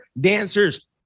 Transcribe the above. dancers